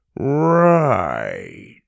Right